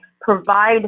provide